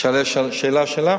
זאת השאלה שלך?